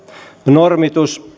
normitus